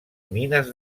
mines